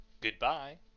Goodbye